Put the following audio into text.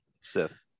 Sith